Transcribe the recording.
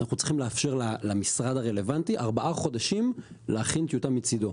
אנחנו צריכים לאפשר למשרד הרלוונטי ארבעה חודשים להכין טיוטה מצידו.